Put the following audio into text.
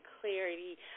clarity